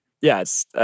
Yes